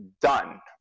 done